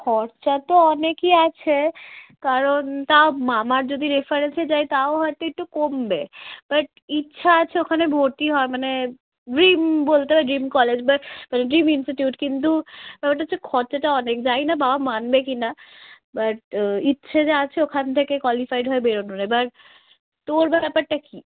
খরচা তো অনেকই আছে কারণ তা মামার যদি রেফারেন্সে যাই তাও হয়তো একটু কমবে বাট ইচ্ছা আছে ওখানে ভর্তি হওয়া মানে ড্রিম বলতে পারি ড্রিম কলেজ বা ওই ড্রিম ইনস্টিটিউট কিন্তু ব্যাপারটা হচ্ছে খরচাটা অনেক জানি না বাবা মানবে কি না বাট ইচ্ছে যে আছে ওখান থেকে কোয়ালিফাইড হয়ে বেরনোর এবার তোর ব্যাপারটা কী